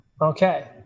Okay